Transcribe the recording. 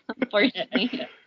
unfortunately